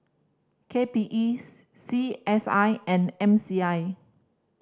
K P E C S I and M C I